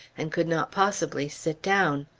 and could not possibly sit down?